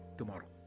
tomorrow